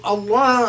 Allah